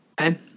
okay